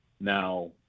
Now